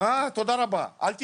תודה רבה, אל תצחק.